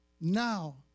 now